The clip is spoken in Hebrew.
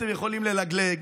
אתם יכולים ללגלג,